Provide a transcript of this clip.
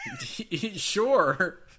Sure